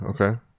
okay